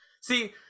See